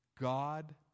God